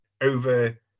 over